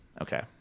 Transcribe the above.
Okay